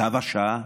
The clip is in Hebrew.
צו השעה,